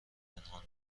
پنهان